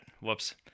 Whoops